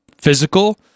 physical